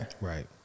Right